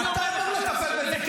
אני אומר לך --- אתה אמור לטפל בזה,